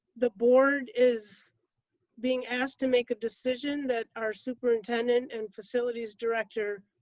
the board is being asked to make a decision that our superintendent and facilities director